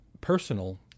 personal